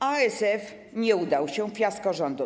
ASF - nie udało się, fiasko rządu.